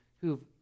who've